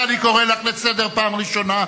אבסדזה, אני קורא לך לסדר פעם ראשונה.